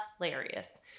hilarious